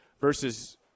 versus